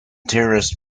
terrorist